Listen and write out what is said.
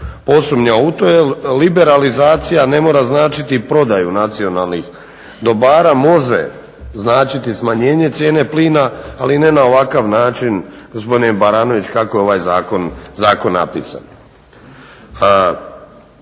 posumnjao u to jel liberalizacija ne mora značiti prodaju nacionalnih dobara, može značiti smanjenje cijene plina, ali ne na ovakav način gospodine Baranović kako je ovaj zakon napisan.